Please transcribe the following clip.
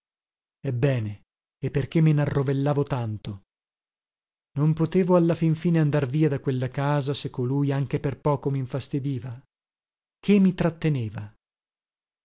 ebbene e perché me narrovellavo tanto non potevo alla fin fine andar via da quella casa se colui anche per poco minfastidiva che mi tratteneva